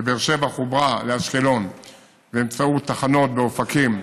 ובאר שבע חוברה לאשקלון באמצעות תחנות באופקים,